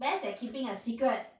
best at keeping a secret